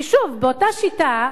כי באותה שיטה,